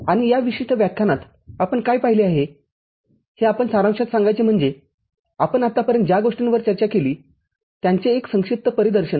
आणि या विशिष्ट व्याख्यानात आपण काय पाहिले आहे हे आपण सारांशात सांगायचे म्हणजे आपण आतापर्यंत ज्या गोष्टींवर चर्चा केली त्यांचे एक संक्षिप्त परिदर्शन